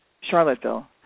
Charlottesville